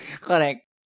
Correct